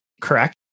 correct